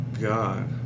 God